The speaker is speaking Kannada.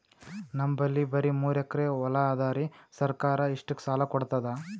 ನಮ್ ಬಲ್ಲಿ ಬರಿ ಮೂರೆಕರಿ ಹೊಲಾ ಅದರಿ, ಸರ್ಕಾರ ಇಷ್ಟಕ್ಕ ಸಾಲಾ ಕೊಡತದಾ?